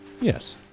Yes